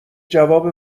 جواب